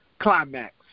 climax